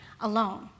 alone